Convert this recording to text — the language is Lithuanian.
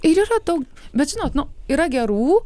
ir yra daug bet žinot nu yra gerų